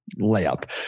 Layup